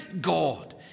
God